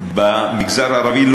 במגזר הערבי,